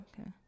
Okay